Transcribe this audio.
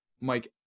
Mike